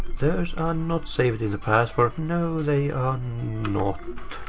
those are not saved in the password. no, they are not.